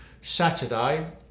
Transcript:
Saturday